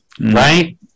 Right